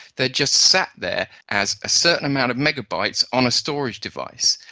they are just sat there as a certain amount of megabytes on a storage device.